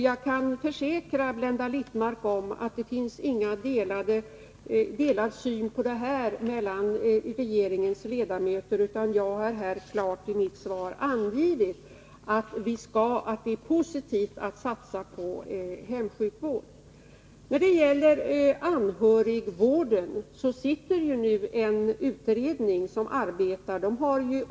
Jag kan försäkra Blenda Littmarck att regeringens medlemmar inte har olika synsätt i den här frågan. Jag har i mitt svar klart angivit att det är positivt att satsa på hemsjukvård. När det gäller anhörigvården utreds den frågan f. n.